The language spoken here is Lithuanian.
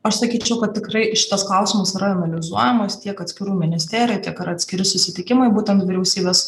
aš sakyčiau kad tikrai šitas klausimas yra analizuojamas tiek atskirų ministerijų tiek ir atskiri susitikimai būtent vyriausybės